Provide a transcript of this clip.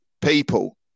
people